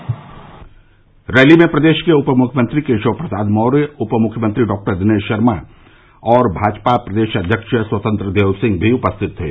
rally में प्रदेश के उप मुख्यमंत्री केशव प्रसाद मौर्य उप मुख्यमंत्री डॉक्टर दिनेश शर्मा और भाजपा प्रदेश अध्यक्ष स्वतंत्र देव सिंह भी उपस्थित थे